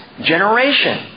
generation